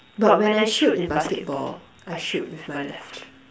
but when I shoot in basketball I shoot with my left